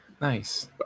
nice